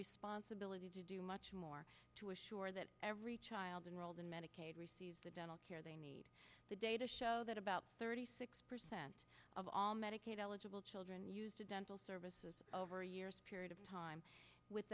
responsibility to do much more to ensure that every child and rolled in medicaid receives the dental care they need the data show that about thirty six percent of all medicaid eligible children use to dental services over a year period of time with